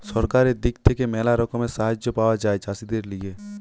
সরকারের দিক থেকে ম্যালা রকমের সাহায্য পাওয়া যায় চাষীদের লিগে